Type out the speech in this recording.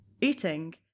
eating